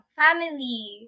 family